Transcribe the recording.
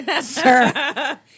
Sir